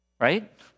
Right